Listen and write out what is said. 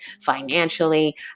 financially